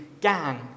gang